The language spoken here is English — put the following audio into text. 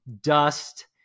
dust